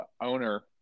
owner